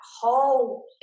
whole